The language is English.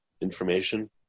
information